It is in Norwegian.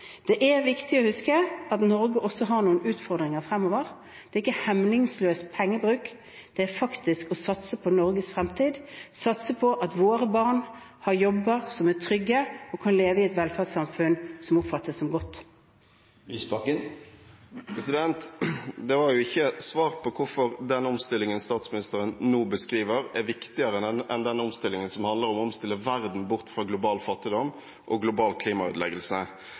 Det er viktig å huske at Norge også har noen utfordringer fremover. Det er ikke hemningsløs pengebruk. Det er faktisk å satse på Norges fremtid, satse på at våre barn har jobber som er trygge, og kan leve i et velferdssamfunn som oppfattes som godt. Det var jo ikke svar på hvorfor den omstillingen statsministeren nå beskriver, er viktigere enn den omstillingen som handler om å omstille verden bort fra global fattigdom og global klimaødeleggelse.